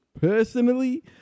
personally